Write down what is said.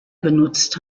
benutzt